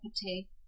property